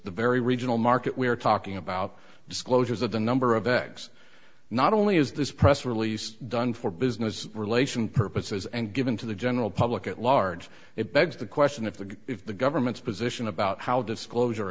the very regional market we're talking about disclosures of the number of eggs not only is this press release done for business relation purposes and given to the general public at large it begs the question if the if the government's position about how disclosure